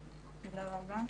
תודה רבה,